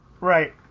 right